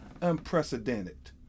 unprecedented